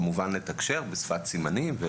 לתקשר בשפת סימנים,